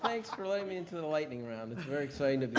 thanks for letting me into the lightning round. it's very exciting to